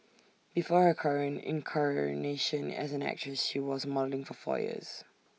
before her current incarnation as an actress she was modelling for four years